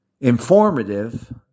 informative